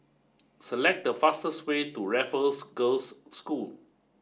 select the fastest way to Raffles Girls' School